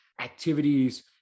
activities